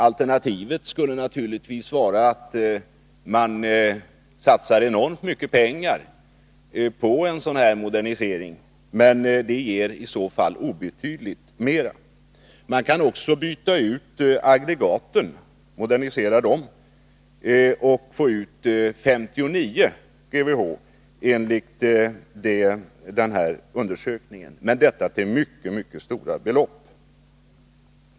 Alternativet skulle naturligtvis vara att man satsar enormt mycket pengar på en effektutveckling i Klarälven, men det ger i så fall obetydligt mer energi. Man kan också byta ut och modernisera aggregaten och få ut ytterligare 59 GWh, enligt den här undersökningen — men detta till mycket stora belopp.